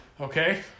okay